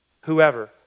whoever